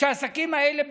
והעסקים האלה,